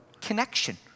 connection